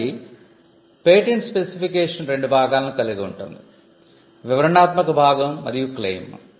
కాబట్టి patent specification రెండు భాగాలను కలిగి ఉంటుండి వివరణాత్మక భాగం మరియు క్లెయిమ్